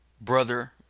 brother